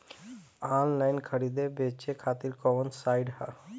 Online खरीदे बेचे खातिर कवन साइड ह?